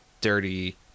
dirty